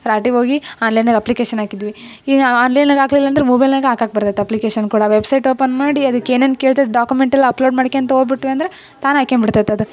ರಾಟಿಗೆ ಹೋಗಿ ಆನ್ಲೈನ್ನ್ಯಾಗೆ ಅಪ್ಲಿಕೇಶನ್ ಹಾಕಿದ್ವಿ ಈಗ ನಾವು ಆನ್ಲೈನ್ನ್ಯಾಗೆ ಹಾಕ್ಲಿಲ್ಲ ಅಂದ್ರೆ ಮೊಬೈಲ್ನ್ಯಾಗೆ ಹಾಕಾಕ್ ಬರ್ತೈತೆ ಅಪ್ಲಿಕೇಶನ್ ಕೂಡ ವೆಬ್ಸೈಟ್ ಓಪನ್ ಮಾಡಿ ಅದಿಕ್ಕೆ ಏನೇನು ಕೇಳ್ತೈತೆ ಡಾಕ್ಯುಮೆಂಟ್ ಎಲ್ಲ ಅಪ್ಲೋಡ್ ಮಾಡ್ಕ್ಯಂತ ಹೋಬಿಟ್ವಿ ಅಂದ್ರೆ ತಾನೆ ಹಾಕ್ಯಾಂಬಿಡ್ತೈತ್ ಅದು